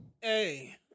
Hey